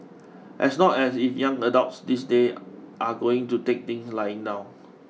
as not as if young adults these days are going to take things lying down